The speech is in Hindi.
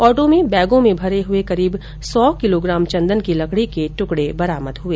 ऑटो में बेगों में भरे हुए करीब सौ किलोग्राम चंदन की लकडी के ट्कड़े बरामद हुए